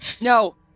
No